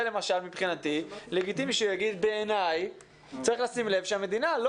זה למשל מבחינתי לגיטימי שהוא יגיד 'בעיני צריך לשים לב שהמדינה לא